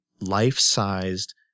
life-sized